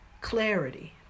clarity